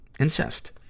Incest